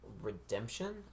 redemption